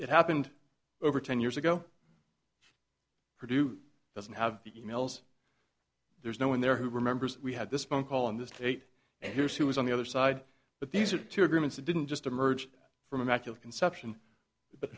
that happened over ten years ago produce doesn't have the emails there's no one there who remembers we had this phone call on this date and here's who was on the other side but these are two agreements that didn't just emerge from immaculate conception but